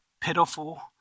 pitiful